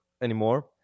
anymore